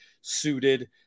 suited